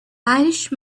irish